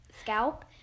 scalp